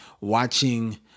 watching